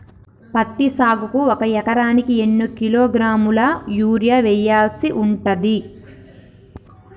పత్తి సాగుకు ఒక ఎకరానికి ఎన్ని కిలోగ్రాముల యూరియా వెయ్యాల్సి ఉంటది?